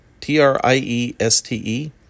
T-R-I-E-S-T-E